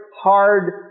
hard